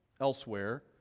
elsewhere